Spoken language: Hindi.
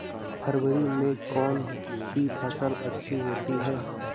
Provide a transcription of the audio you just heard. फरवरी में कौन सी फ़सल अच्छी होती है?